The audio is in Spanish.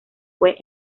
fue